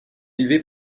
élevé